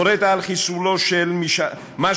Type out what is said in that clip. הורית על חיסולו של משעל,